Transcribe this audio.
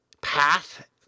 path